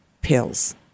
Pills